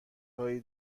هایی